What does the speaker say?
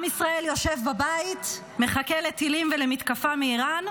עם ישראל יושב בבית, מחכה לטילים ולמתקפה מאיראן,